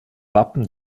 wappen